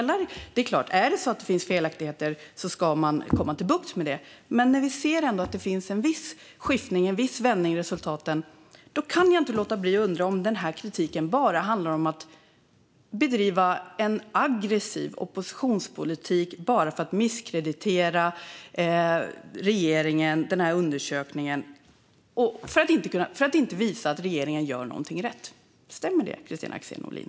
Är det så att det finns felaktigheter är det klart att man ska få bukt med dem. Men vi ser i alla fall en viss skiftning, en viss vändning i resultaten. Jag kan inte låta bli att undra om kritiken bara handlar om att bedriva en aggressiv oppositionspolitik för att misskreditera regeringen och undersökningen och visa att regeringen inte gör någonting rätt. Stämmer det, Kristina Axén Olin?